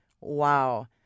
Wow